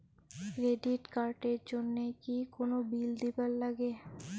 Credit card এর জন্যে কি কোনো বিল দিবার লাগে?